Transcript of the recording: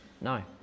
No